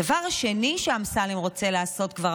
הדבר השני שאמסלם רוצה לעשות כבר